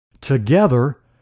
together